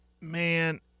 Man